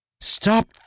Stop